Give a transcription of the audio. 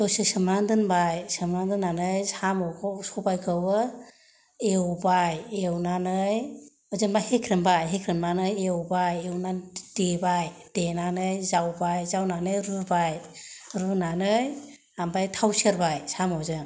दसे सोमनानै दोनबाय सोमनानै दोन्नानै साम'खौ सबायखौबो एवबाय एवनानै जेनावबा होख्रेमबाय हेख्रेमनानै एवबाय एवनानै देबाय देनानै जावबाय जावनानै रुबाय रुनानै आमफाय थाव सेरबाय साम'जों